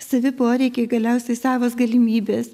savi poreikiai galiausiai savos galimybės